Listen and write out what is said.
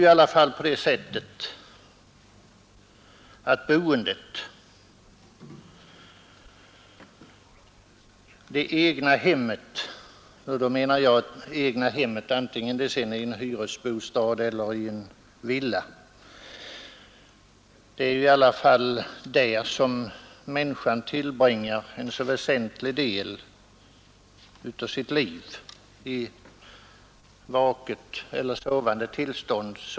I det egna hemmet — vare sig detta nu är en hyresbostad eller en villa — tillbringar människan en väsentlig del av sitt liv i vaket eller sovande tillstånd.